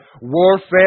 warfare